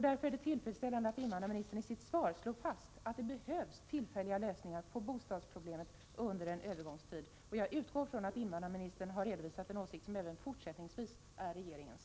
Därför är det tillfredsställande att invandrarministern i sitt svar slår fast att det behövs tillfälliga lösningar på bostadsproblemet under en övergångstid, och jag utgår ifrån att invandrarministern har redovisat en åsikt som även fortsättningsvis kommer att vara regeringens.